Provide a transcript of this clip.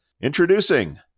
Introducing